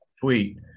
tweet